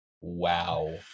Wow